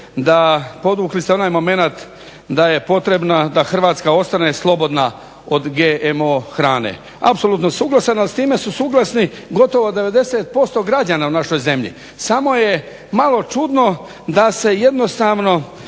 podvukli ste onaj momenat da je potrebno da Hrvatska ostane slobodna od GMO hrane. Apsolutno suglasan sam, ali s time su suglasni gotovo 90% građana u našoj zemlji. Samo je malo čudno da se jednostavno